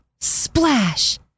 Splash